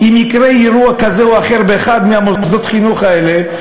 אם יקרה אירוע כזה או אחר באחד ממוסדות החינוך האלה,